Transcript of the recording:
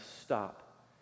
stop